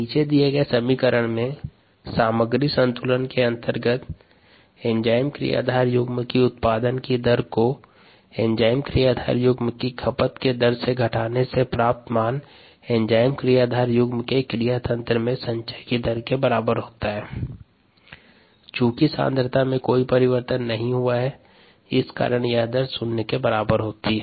निचे दिए गए समीकरण में सामग्री संतुलन के अंतर्गत एंजाइम क्रियाधार युग्म की उत्पादन की दर को एंजाइम क्रियाधार युग्म की खपत की दर से घटाने पर प्राप्त मान एंजाइम क्रियाधार युग्म के क्रिया तंत्र में संचय की दर के बराबर होता है चूँकि सांद्रता में कोई परिवर्तन नहीं हुआ है इस कारण यह दर शून्य के बराबर हो जाती है